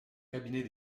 cabinet